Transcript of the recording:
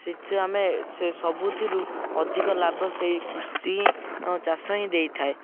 ସେଠି ଆମେ ସେ ସବୁଥିରୁ ଅଧିକ ଲାଭ ସେଇ କୃଷି ହିଁ ଆମ ଚାଷ ହିଁ ଦେଇଥାଏ